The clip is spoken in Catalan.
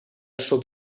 sud